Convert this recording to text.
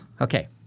Okay